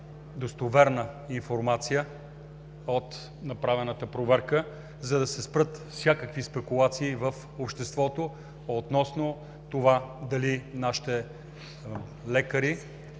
достоверна информация от направената проверка, за да се спрат всякакви спекулации в обществото относно това дали нашите лекари